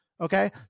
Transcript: Okay